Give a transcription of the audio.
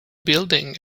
building